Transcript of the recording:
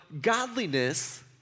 godliness